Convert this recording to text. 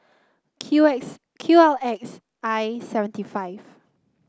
Q X Q L X I seven T five